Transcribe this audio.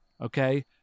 Okay